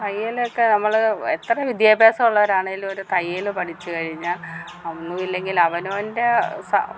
തയ്യൽ ഒക്കെ നമ്മൾ എത്ര വിദ്യാഭ്യാസം ഉള്ളവരാണെങ്കിലും ഒരു തയ്യൽ പഠിച്ച് കഴിഞ്ഞാൽ ഒന്നുമില്ലെങ്കിൽ അവനവന്റെ സ